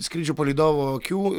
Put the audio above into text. skrydžio palydovo akių